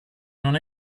non